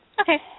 Okay